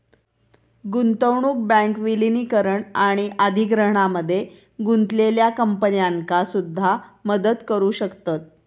गुंतवणूक बँक विलीनीकरण आणि अधिग्रहणामध्ये गुंतलेल्या कंपन्यांका सुद्धा मदत करू शकतत